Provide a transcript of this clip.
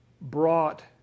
brought